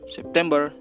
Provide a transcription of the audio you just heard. September